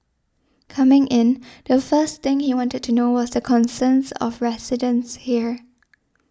coming in the first thing he wanted to know was the concerns of residents here